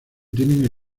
tienen